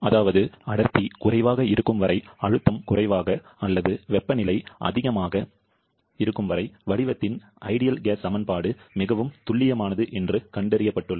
அதாவது அடர்த்தி குறைவாக இருக்கும் வரை அழுத்தம் குறைவாக அல்லது வெப்பநிலை அதிகமாக இருக்கும் வரை வடிவத்தின் சிறந்த வாயு சமன்பாடு மிகவும் துல்லியமானது என்று கண்டறியப்பட்டுள்ளது